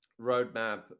roadmap